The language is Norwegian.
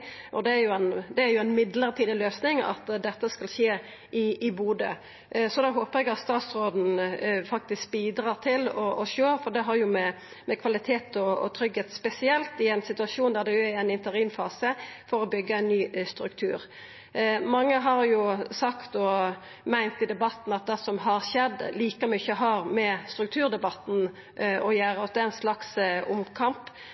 og fagutvikling, og det er ei mellombels løysing at dette skal skje i Bodø. Det håpar eg at statsråden faktisk bidrar til å sjå, for det har med kvalitet og tryggleik å gjera, spesielt i ein situasjon der ein er i ein interimfase for å byggja ein ny struktur. Mange har sagt og meint i debatten at det som har skjedd, like mykje har med strukturdebatten å gjera, at det er ein slags omkamp.